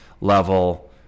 level